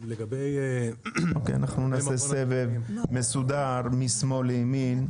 אוקיי אנחנו נעשה סבב מסודר משמאל לימין.